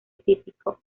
típico